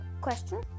question